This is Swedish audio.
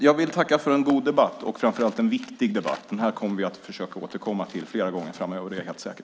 Jag vill tacka för en god och framför allt viktig debatt. Jag är helt säker på att vi kommer att försöka återkomma till den flera gånger framöver.